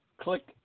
click